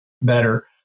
better